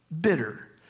bitter